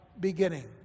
beginning